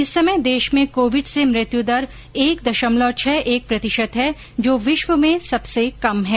इस समय देश में कोविड से मृत्यु दर एक दशमलव छह एक प्रतिशत है जो विश्व में सबसे कम है